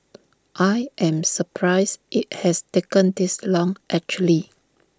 I am surprised IT has taken this long actually